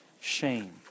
shame